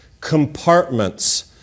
compartments